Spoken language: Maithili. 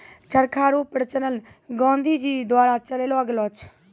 चरखा रो प्रचलन गाँधी जी द्वारा चलैलो गेलो छै